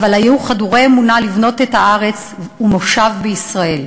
אבל היו חדורי אמונה ובאו לבנות את הארץ ולהקים מושב בישראל.